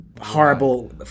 horrible